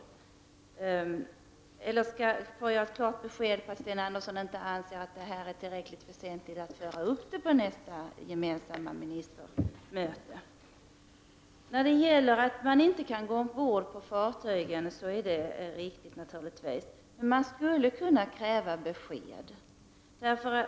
Kan jag i annat fall få ett klart besked om att Sten Andersson inte anser att detta är tillräckligt väsentligt för att föra upp på nästa gemensamma ministermöte? Det är naturligtvis riktigt att man inte kan gå ombord på fartyg. Däremot skulle man kunna kräva besked.